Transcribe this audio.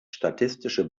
statistische